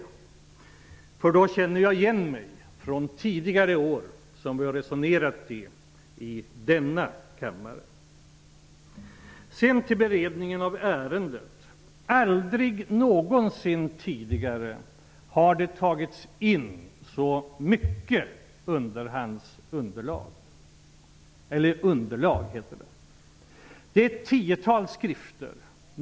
Då känner jag igen mig från tidigare år; så har vi tidigare resonerat i denna kammare. Sedan till beredningen av ärendet. Aldrig någonsin tidigare har det tagits in ett så stort underlag -- det är ett tiotal skrifter.